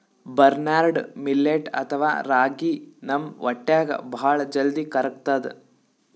barnyard millet ಅಥವಾ ರಾಗಿ ನಮ್ ಹೊಟ್ಟ್ಯಾಗ್ ಭಾಳ್ ಜಲ್ದಿ ಕರ್ಗತದ್